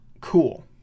cool